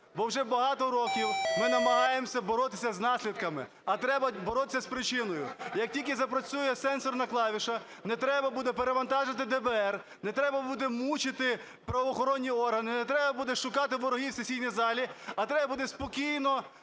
бо вже багато років ми намагаємося боротися з наслідками, а треба боротися з причиною. Як тільки запрацює сенсорна клавіша, не треба буде перевантажувати ДБР, не треба буде мучити правоохоронні органи, не треба буде шукати ворогів в сесійній залі, а треба буде спокійно